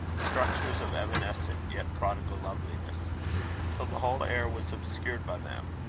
structures of evanescent yet prodigal loveliness till the whole air was obscured by them,